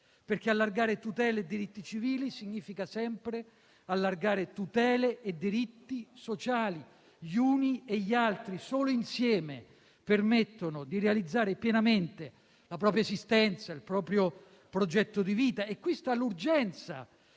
perché allargare tutele e diritti civili significa sempre allargare tutele e diritti sociali, gli uni e gli altri solo insieme permettono di realizzare pienamente la propria esistenza, il proprio progetto di vita. Qui sta l'urgenza